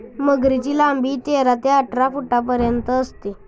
मगरीची लांबी तेरा ते अठरा फुटांपर्यंत असते